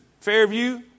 Fairview